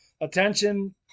attention